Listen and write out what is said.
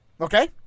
Okay